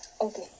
Okay